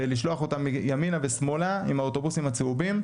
ולשלוח אותם ימינה ושמאלה עם האוטובוסים הצהובים,